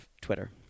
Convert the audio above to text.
Twitter